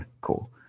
Cool